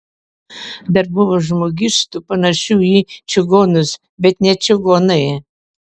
dar buvo žmogystų panašių į čigonus bet ne čigonai